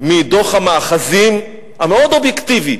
מדוח המאחזים המאוד-אובייקטיבי.